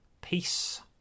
peace